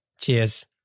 Cheers